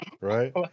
right